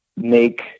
make